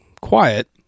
quiet